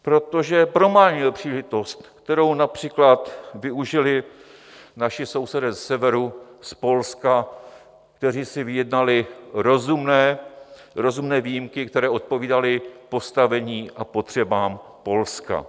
Protože promarnil příležitost, kterou například využili naši sousedé ze severu, z Polska, kteří si vyjednali rozumné výjimky, které odpovídaly postavení a potřebám Polska.